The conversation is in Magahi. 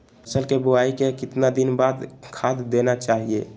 फसल के बोआई के कितना दिन बाद खाद देना चाइए?